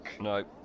No